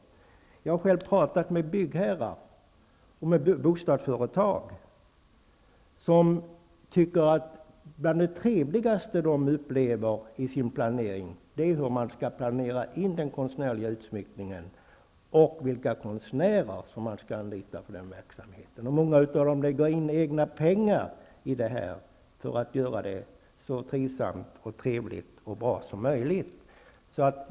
Jag har själv pratat med byggherrar och bostadsföretag, som tycker att frågan om hur man skall planera in den konstnärliga utsmyckningen och vilka konstnärer man skall anlita för den verksamheten är bland det trevligaste i deras planering. Många av dem lägger in egna pengar för att göra det så trivsamt, trevligt och bra som möjligt.